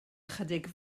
ychydig